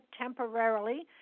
temporarily